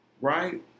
Right